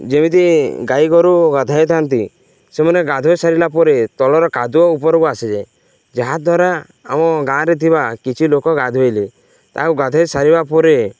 ଯେମିତି ଗାଈ ଗୋରୁ ଗାଧୋଇଥାନ୍ତି ସେମାନେ ଗାଧୋଇ ସାରିଲା ପରେ ତଳର କାଦୁଅ ଉପରକୁ ଆସିଯାଏ ଯାହା ଦ୍ୱାରା ଆମ ଗାଁରେ ଥିବା କିଛି ଲୋକ ଗାଧୋଇଲେ ତାହାକୁ ଗାଧୋଇ ସାରିବା ପରେ